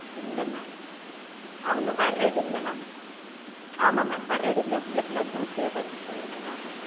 இல்லை மேம் அவங்க வரதில்லை மேம் ஆமாம் மேம் வரதில்லை உள்ளே ஃபுல்லாக தூசியாக படிஞ்சு போயிருக்கு மேம்